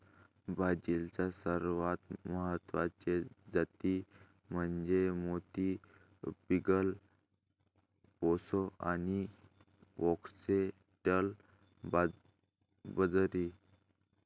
बाजरीच्या सर्वात महत्वाच्या जाती म्हणजे मोती, फिंगर, प्रोसो आणि फॉक्सटेल बाजरी